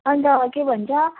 अन्त के भन्छ